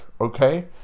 okay